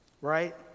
Right